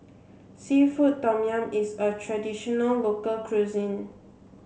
seafood tom yum is a traditional local cuisine